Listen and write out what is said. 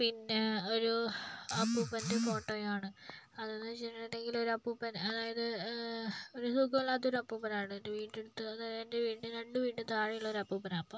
പിന്നെ ഒരു ഒരു അപ്പൂപ്പൻ്റെ ഫോട്ടോയാണ് അതെന്ന് വെച്ചിട്ടുണ്ടെങ്കില് ഒരപ്പൂപ്പൻ അതായത് ഒരു സുഖമില്ലാത്തൊരപ്പൂപ്പനാണ് എൻ്റെ വീടിൻ്റെടുത്ത് എൻ്റെ വീടിൻ്റെ രണ്ട് വീടിൻ്റെ താഴെ ഉള്ളൊരപ്പൂപ്പനാണ് അപ്പോൾ